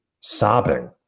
sobbing